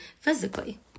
physically